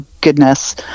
goodness